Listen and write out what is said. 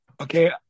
Okay